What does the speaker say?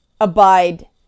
abide